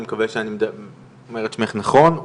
אני מקווה שאני אומר את שמך נכון,